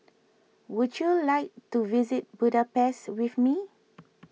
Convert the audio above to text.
would you like to visit Budapest with me